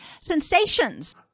Sensations